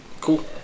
Cool